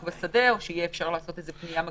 יהיה רק בשדה או שגם יהיה אפשר לעשות פנייה מקדימה.